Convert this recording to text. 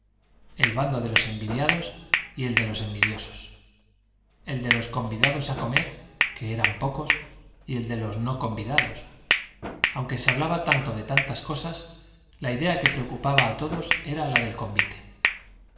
el bando de los envidiados y el de los envidiosos el de los convidados a comer que eran pocos y el de los no convidados aunque se hablaba tanto de tantas cosas la idea que preocupaba a todos era la del convite